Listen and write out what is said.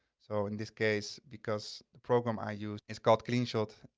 so in this case, because the program i use is called cleanshot.